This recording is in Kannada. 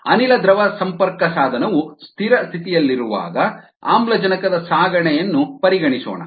ಅನಿಲ ದ್ರವ ಸಂಪರ್ಕಸಾಧನವು ಸ್ಥಿರ ಸ್ಥಿತಿಯಲ್ಲಿರುವಾಗ ಆಮ್ಲಜನಕದ ಸಾಗಣೆಯನ್ನು ಪರಿಗಣಿಸೋಣ